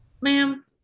ma'am